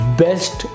best